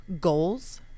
goals